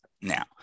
now